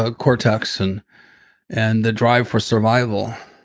ah cortex and and the drive for survival,